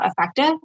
effective